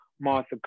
Martha